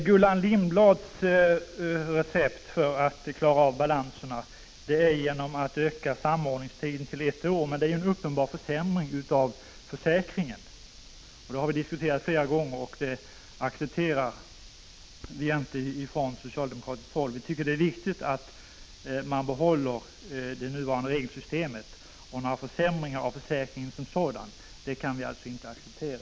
Gullan Lindblads recept när det gäller att klara av balanserna är att förlänga samordningstiden till ett år. Men det skulle innebära en uppenbar försämring av försäkringen. Den saken har vi diskuterat flera gånger. Vi från socialdemokratiskt håll accepterar inte ett sådant resonemang, utan vi tycker att det är viktigt att det nuvarande regelsystemet behålls. Några försämringar av försäkringen som sådan kan vi alltså inte acceptera.